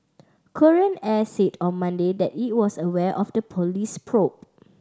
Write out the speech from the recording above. Korean Air said on Monday that it was aware of the police probe